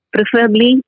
Preferably